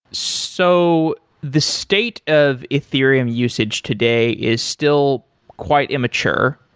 so the state of ethereum usage today is still quite immature,